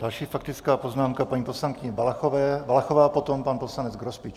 Další faktická poznámka, paní poslankyně Valachová, potom pan poslanec Grospič.